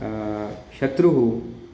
शत्रुः